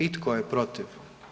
I tko je protiv?